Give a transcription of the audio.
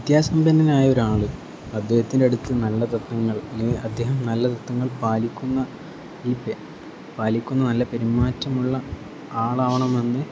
വിദ്യാസമ്പന്നന്നായ ഒരാൾ അദ്ദേഹത്തിന്റെ അടുത്ത് നല്ല തത്ത്വങ്ങൾ അല്ലെങ്കിൽ അദ്ദേഹം നല്ല തത്ത്വങ്ങൾ പാലിക്കുന്ന ഈ പാലിക്കുന്ന നല്ല പെരുമാറ്റമുള്ള ആളാവണമെന്ന്